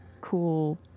cool